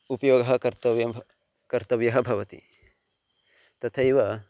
उपयोगः कर्तव्यः कर्तव्यः भवति तथैव